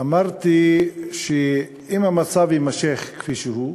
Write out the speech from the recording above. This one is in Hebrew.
אמרתי שאם המצב יימשך כפי שהוא,